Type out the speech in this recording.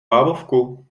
bábovku